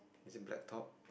is it black top